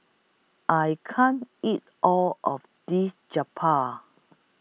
I can't eat All of This Japchae